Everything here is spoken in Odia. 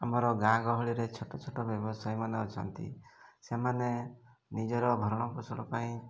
ଆମର ଗାଁ ଗହଳିରେ ଛୋଟ ଛୋଟ ବ୍ୟବସାୟୀମାନେ ଅଛନ୍ତି ସେମାନେ ନିଜର ଭରଣ ପୋଷଣ ପାଇଁ